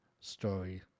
story